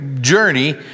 journey